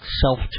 self